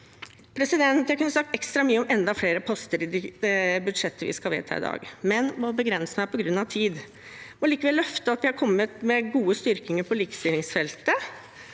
Jeg kunne sagt ekstra mye om enda flere poster i det budsjettet vi skal vedta i dag, men må begrense meg på grunn av tid. Likevel vil jeg løfte fram at vi har kommet med gode styrkinger på likestillingsfeltet.